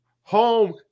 home